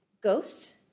ghosts